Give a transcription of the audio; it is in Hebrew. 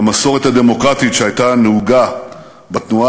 במסורת הדמוקרטית שהייתה נהוגה בתנועה